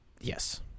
yes